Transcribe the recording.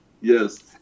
Yes